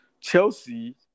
Chelsea